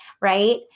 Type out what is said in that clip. right